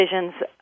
decisions